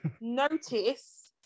notice